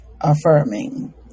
affirming